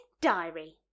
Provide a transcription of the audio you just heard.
Diary